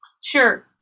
Sure